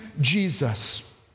jesus